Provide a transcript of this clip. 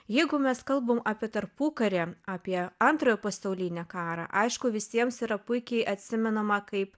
jeigu mes kalbam apie tarpukarį apie antrojo pasaulinį karą aišku visiems yra puikiai atsimenama kaip